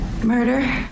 murder